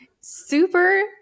Super